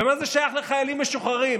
ומה זה שייך לחיילים משוחררים,